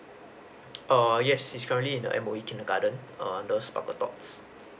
err yes he's currently in the M_O_E kindergarden err under sparkletots